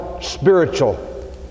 spiritual